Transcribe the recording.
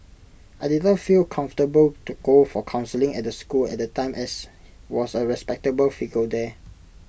I didn't feel comfortable to go for counselling at the school at time as was A respectable figure there